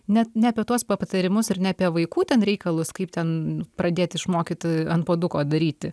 net ne apie tuos patarimus ir ne apie vaikų ten reikalus kaip ten pradėt išmokyti ant puoduko daryti